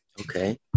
Okay